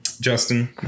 Justin